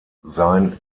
sein